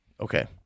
Okay